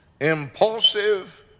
Impulsive